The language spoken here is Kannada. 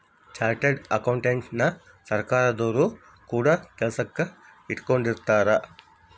ಚಾರ್ಟರ್ಡ್ ಅಕೌಂಟೆಂಟನ ಸರ್ಕಾರದೊರು ಕೂಡ ಕೆಲಸಕ್ ಇಟ್ಕೊಂಡಿರುತ್ತಾರೆ